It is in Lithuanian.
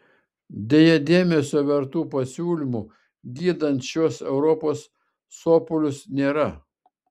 deja dėmesio vertų pasiūlymų gydant šiuos europos sopulius nėra